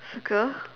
circle